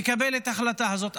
לקבל את ההחלטה הזאת,